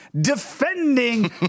defending